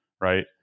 right